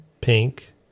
pink